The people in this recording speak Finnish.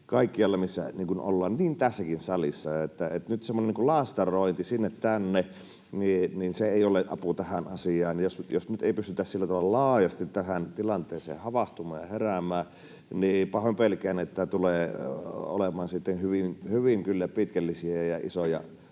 kaikkialla, missä ollaan, tässäkin salissa. Semmoinen laastarointi sinne tänne ei ole apu tähän asiaan. Jos nyt ei pystytä sillä tavalla laajasti tähän tilanteeseen havahtumaan ja heräämään, niin pahoin pelkään, että tulee kyllä olemaan hyvin pitkällisiä ja isoja